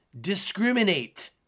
Discriminate